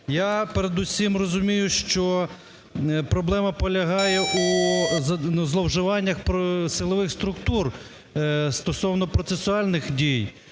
Я передусім розумію, що проблема полягає у зловживаннях силових структур стосовно процесуальних дій.